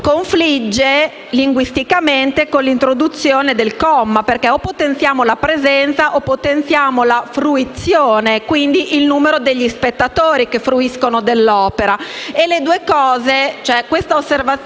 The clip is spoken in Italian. confligge linguisticamente con l’introduzione del comma, perché o potenziamo la presenza delle opere o potenziamo la fruizione, ovvero il numero degli spettatori che fruiscono dell’opera.